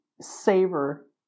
savor